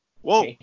Whoa